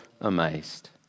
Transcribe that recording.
amazed